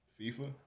FIFA